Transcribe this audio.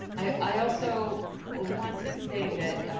i also ah want to say that,